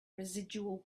residual